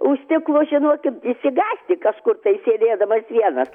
už stiklo žinokit išsigąsti kažkur tai sėdėdamas vienas